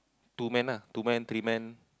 two man ah two man three man